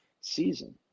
season